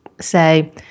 say